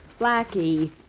Blackie